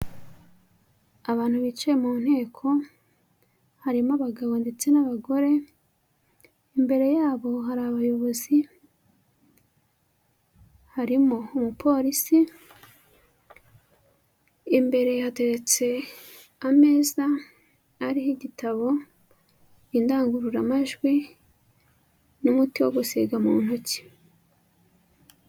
Abantu bicaye mu nteko, harimo abagabo ndetse n'abagore, imbere yabo hari abayobozi, harimo umupolisi, imbere yateretse ameza ariho igitabo, indangururamajwi n'umuti wo gusiga mu ntoki.